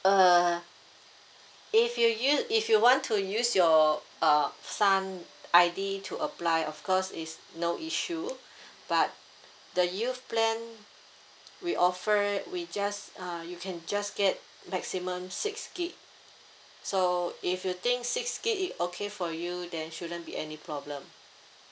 uh if you u~ if you want to use your uh son I_D to apply of course it's no issue but the youth plan we offer we just uh you can just get maximum six gig so if you think six gig is okay for you then shouldn't be any problem